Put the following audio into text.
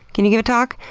can you give a talk?